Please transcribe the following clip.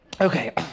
Okay